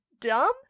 dumb